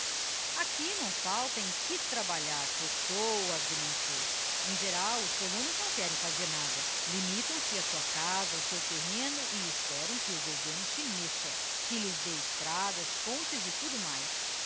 aqui não falta em que trabalhar cortou o agrimensor em geral os colonos não querem fazer nada limitam se á sua casa ao seu terreno e esperam que o governo se mexa que lhes dê estradas pontes e tudo mais